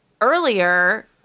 Earlier